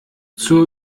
zur